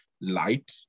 light